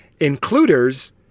Includers